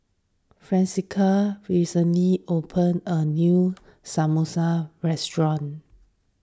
Francesca recently opened a new Samosa restaurant